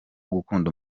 gukunda